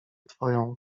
twoją